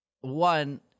one